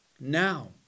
Now